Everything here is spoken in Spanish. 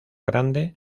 grande